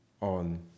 on